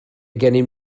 gennym